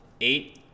eight